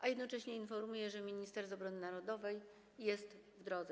A jednocześnie informuję, że minister obrony narodowej jest w drodze.